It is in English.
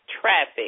traffic